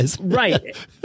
Right